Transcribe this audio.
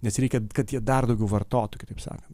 nes reikia kad jie dar daugiau vartotų kitaip sakant